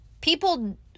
people